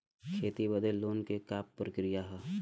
खेती बदे लोन के का प्रक्रिया ह?